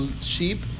sheep